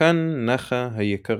”כאן נחה היקרה.